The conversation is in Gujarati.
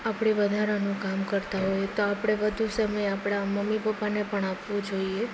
આપણે વધારાનું કામ કરતા હોઈએ તો આપણે વધુ સમય આપણા મમ્મી પપ્પાને પણ આપવો જોઈએ